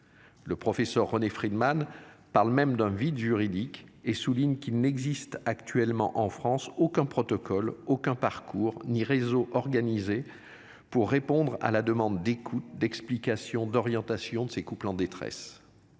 Le professeur René Frydman parle même d'un vide juridique et souligne qu'il n'existe actuellement en France aucun protocole aucun parcours ni réseaux organisés. Pour répondre à la demande des coups d'explication d'orientation de ces couples en détresse.